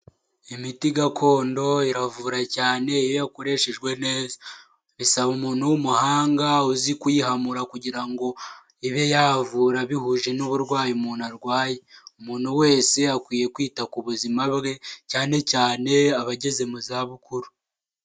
Imiti gakondo iravura cyane iyo yakoreshejwe neza bisaba umuntu w'umuhanga uzi kuyihamura kugira ngo ibe yavura bihuje n'uburwayi umuntu arwaye umuntu wese akwiye kwita ku buzima bwe cyane cyane abageze mu za bukuru.